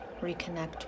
reconnect